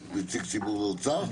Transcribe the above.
על נציג ציבור האוצר?